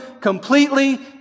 completely